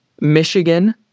Michigan